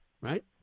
right